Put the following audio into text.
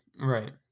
Right